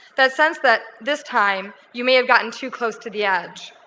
that sense that this time you may have gotten too close to the edge.